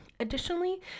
Additionally